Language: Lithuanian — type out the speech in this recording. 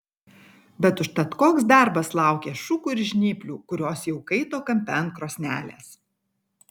bet užtat koks darbas laukė šukų ir žnyplių kurios jau kaito kampe ant krosnelės